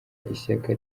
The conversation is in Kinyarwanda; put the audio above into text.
ishyaka